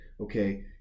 okay